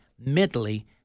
mentally